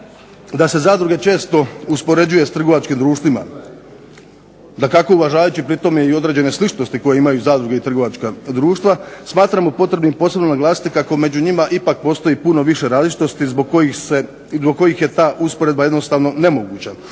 da se zadruge često uspoređuje s trgovačkim društvima, dakako uvažavajući pri tome i određene sličnosti koje imaju zadruge i trgovačka društva smatramo potrebnim posebno naglasiti kako među njima ipak postoji puno više različitosti zbog kojih je ta usporedba jednostavno nemoguća,